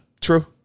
True